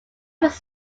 was